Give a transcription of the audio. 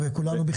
וכולנו,